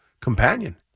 companion